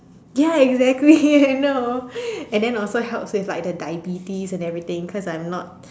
ya exactly I know and then also help with like the diabetes and everything cause I'm not